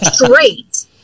great